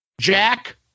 Jack